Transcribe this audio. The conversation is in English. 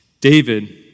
David